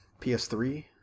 PS3